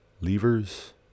levers